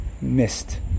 missed